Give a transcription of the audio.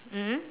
mm